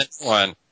One